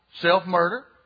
Self-murder